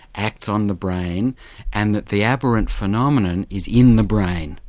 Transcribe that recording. acts on the brain and that the abhorrent phenomenon is in the brain.